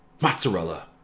mozzarella